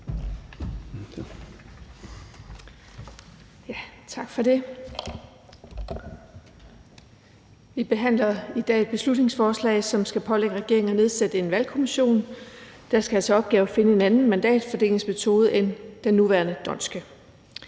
Tak for det. Vi behandler i dag et beslutningsforslag, som pålægger regeringen at nedsætte en valgkommission, der skal have til opgave at finde en anden mandatfordelingsmetode end den nuværende d'Hondtske.